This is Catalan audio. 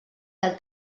del